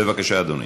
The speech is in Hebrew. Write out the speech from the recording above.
בבקשה, אדוני.